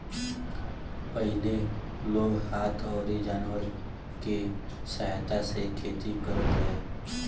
पहिले लोग हाथ अउरी जानवर के सहायता से खेती करत रहे